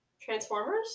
transformers